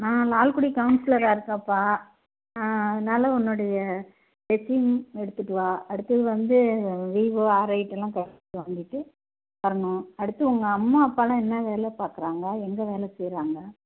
நான் லால்குடி கவுன்சிலராக இருக்கேப்பா அதனால உன்னுடைய ரெஸ்யூம் எடுத்துகிட்டு வா அடுத்தது வந்து விவோ ஆர்ஐட்டாலம் கையெழுத்து வாங்கிகிட்டு வரணும் அடுத்து உங்கள் அம்மா அப்பாலாம் என்ன வேலை பார்க்குறாங்க எங்கே வேலை செய்யறாங்க